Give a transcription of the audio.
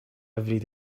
every